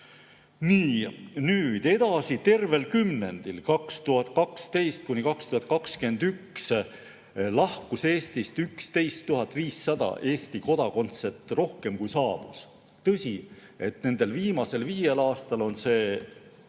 Nii, nüüd edasi. Tervel kümnendil 2012–2021 lahkus Eestist 11 500 Eesti [kodanikku] rohkem, kui saabus. Tõsi, et viimasel viiel aastal on see